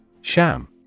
Sham